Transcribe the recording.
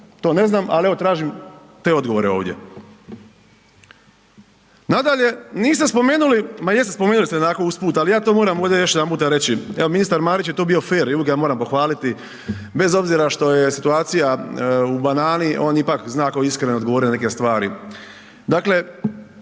to ne znam, ali evo tražim te odgovore ovdje. Nadalje, niste spomenuli, ma jeste spomenuli ste onako usput, ali ja to moram ovdje još jedanputa reći, evo ministar Marić je tu bio fer i uvijek ga ja moram pohvaliti bez obzira što je situacija u banani on ipak zna onako iskreno odgovoriti na neke stvari. Dakle,